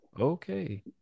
okay